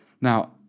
Now